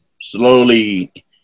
slowly